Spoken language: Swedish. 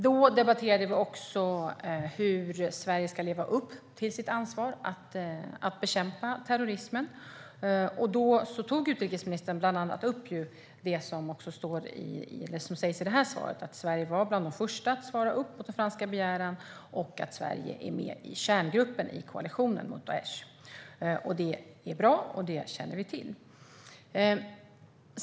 Vi debatterade också hur Sverige ska leva upp till sitt ansvar för att bekämpa terrorismen. Utrikesministern tog då bland annat upp det som sägs i interpellationssvaret, nämligen att Sverige var bland de första att svara upp mot den franska begäran och att Sverige är med i kärngruppen i koalitionen mot Daish. Det är bra, och vi känner till det.